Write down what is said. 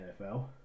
NFL